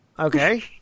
Okay